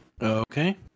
Okay